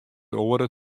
oare